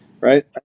right